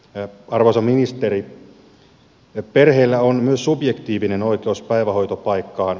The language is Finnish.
arvoisa ministeri perheillä on myös subjektiivinen oikeus päivähoitopaikkaan